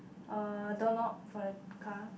uh doorknob for the car